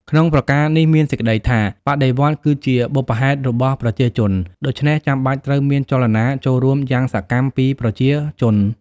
ក្នុងប្រការនេះមានសេចក្តីថា”បដិវត្តន៍គឺជាបុព្វហេតុរបស់ប្រជាជន”ដូច្នេះ ចាំបាច់ត្រូវ មានចលនាចូលរួមយ៉ាងសកម្មពីប្រជាជន។